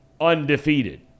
undefeated